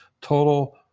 total